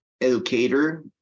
educator